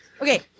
Okay